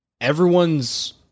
everyone's